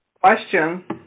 question